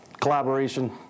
collaboration